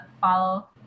follow